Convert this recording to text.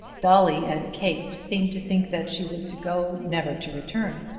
dolly and kate seemed to think that she was to go, never to return.